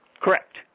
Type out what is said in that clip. Correct